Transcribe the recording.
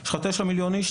יש לך 9 מיליון איש,